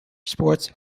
sports